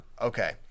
Okay